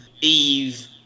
Eve